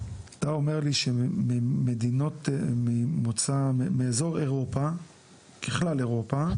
אתה אומר לי שממדינות מאזור אירופה ככל אירופה